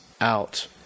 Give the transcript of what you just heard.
out